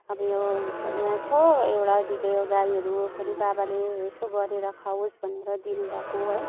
अब यो यहाँ छ एउटा दुइटा यो गाईहरू पनि बाबाले यसो गरेर खाओस् भनेर दिनु भएको है